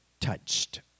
touched